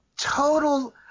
total